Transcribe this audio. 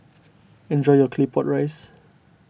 enjoy your Claypot Rice